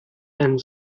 and